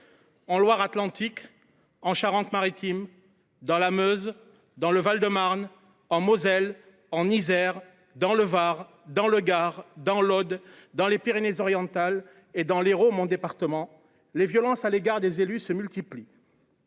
En Loire Atlantique, en Charente Maritime, dans la Meuse, dans le Val de Marne, en Moselle, en Isère, dans le Var, dans le Gard, dans l’Aude, dans les Pyrénées Orientales et dans l’Hérault, le département que je représente, les violences à l’égard des élus se multiplient.